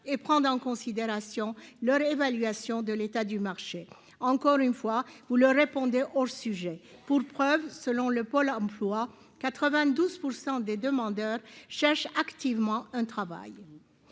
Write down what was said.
et prendre en considération leur évaluation de l'état du marché encore une fois, vous leur répondez hors sujet pour preuve selon le Pôle emploi 92 % des demandeurs cherchent activement un travail,